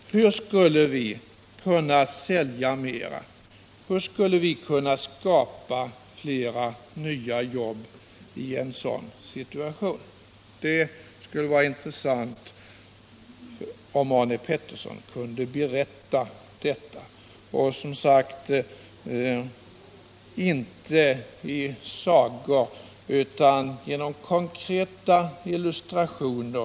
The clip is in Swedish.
Hur skulle vi kunna sälja mera och skapa flera nya jobb i en sådan situation? Det vore intressant om Arne Pettersson ville berätta detta — inte i form av sagor utan genom konkreta illustrationer.